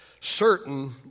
certain